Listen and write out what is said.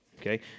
okay